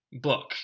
Book